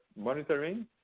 monitoring